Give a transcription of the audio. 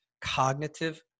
cognitive